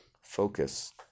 focus